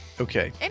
Okay